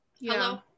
hello